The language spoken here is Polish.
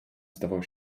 zdawał